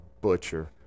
butcher